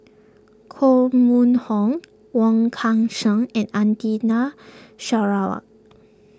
Koh Mun Hong Wong Kan Seng and Atina Sarawak